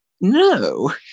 no